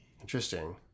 Interesting